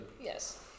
Yes